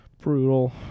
Brutal